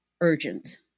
urgent